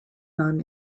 non